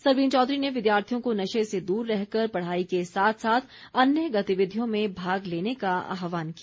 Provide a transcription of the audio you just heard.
सरवीण चौधरी ने विद्यार्थियों को नशे से दूर रहकर पढ़ाई के साथ साथ अन्य गतिविधियों में भाग लेने का आहवान किया